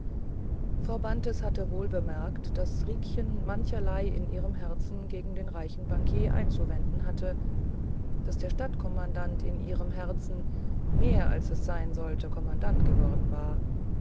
frau bantes hatte wohl bemerkt daß riekchen mancherlei in ihrem herzen gegen den reichen bankier einzuwenden hatte daß der stadtkommandant in diesem herzen mehr als es sein sollte kommandant geworden war